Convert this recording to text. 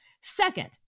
Second